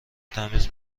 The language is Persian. تمیز